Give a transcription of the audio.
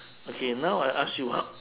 okay now I ask you ah